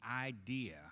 idea